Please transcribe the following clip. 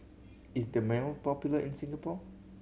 is Dermale popular in Singapore